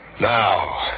now